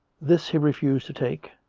this he refused to take,